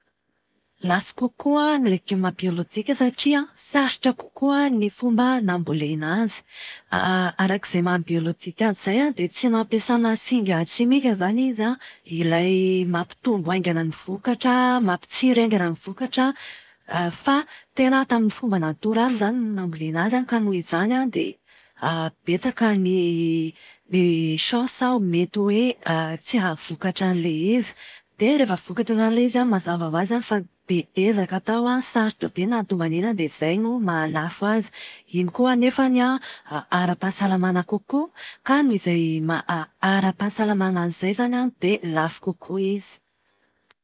Lafo kokoa ny legioma biolojika satria sarotra kokoa ny fomba nambolena azy. Araka izay maha-biolojika azy izay an, dia tsy nampiasana singa simika izany izy an, ilay mampitombo haingana ny vokatra mampitsiry haingana ny vokatra. Fa tena tamin'ny fomba natoraly izany no nambolena azy ka noho izany an, dia betsaka ny ny chances mety hoe tsy ahavokatra an'ilay izy. Dia rehefa vokatra izany ilay izy an, mazava ho azy an, fa be ezaka tao an, sarotra be ny nahatonga an'iny an, dia izay no mahalafo azy. Iny koa anefany an, ara-pahasalamàna kokoa ka noho izay maha-ara-pahasalamàna azy izay izany an, dia lafo kokoa izy.